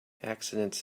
accidents